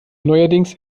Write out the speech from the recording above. neuerdings